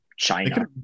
China